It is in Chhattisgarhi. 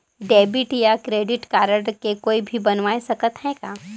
डेबिट या क्रेडिट कारड के कोई भी बनवाय सकत है का?